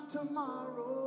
Tomorrow